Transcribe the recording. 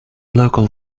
local